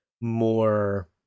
more